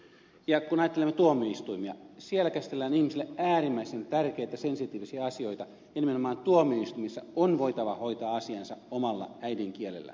kun ajattelemme tuomioistuimia siellä käsitellään ihmisille äärimmäisen tärkeitä sensitiivisiä asioita ja nimenomaan tuomioistuimessa on voitava hoitaa asiansa omalla äidinkielellä